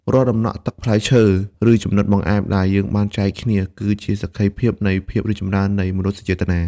រាល់ដំណក់ទឹកផ្លែឈើ ឬចំណិតបង្អែមដែលយើងបានចែកគ្នា គឺជាសក្ខីភាពនៃភាពរីកចម្រើននៃមនោសញ្ចេតនា។